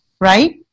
right